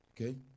Okay